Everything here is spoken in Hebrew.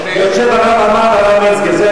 יושבים הרב עמאר והרב מצגר.